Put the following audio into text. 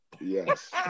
Yes